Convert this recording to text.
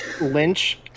Lynch